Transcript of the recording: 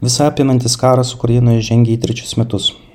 visa apimantis karas ukrainoje žengia į trečius metus